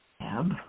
Ab